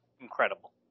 incredible